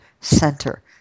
center